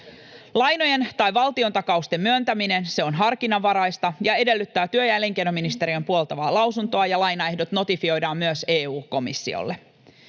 Lainojen tai valtiontakausten myöntäminen on harkinnanvaraista ja edellyttää työ- ja elinkeinoministeriön puoltavaa lausuntoa. Lainaehdot notifioidaan myös EU-komissiolle.